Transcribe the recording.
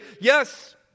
yes